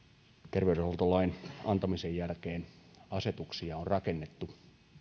terveydenhuoltolain antamisen jälkeen asetuksia on on rakennettu